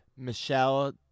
Michelle